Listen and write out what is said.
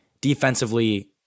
defensively